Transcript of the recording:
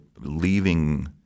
leaving